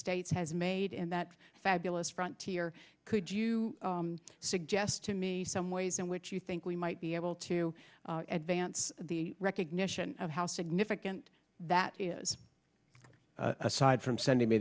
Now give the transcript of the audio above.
states has made in that fabulous front here could you suggest to me some ways in which you think we might be able to advance the recognition of how significant that is aside from sending me